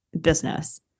business